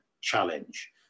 challenge